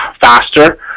faster